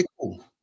cool